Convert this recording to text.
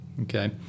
Okay